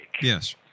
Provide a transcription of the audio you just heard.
Yes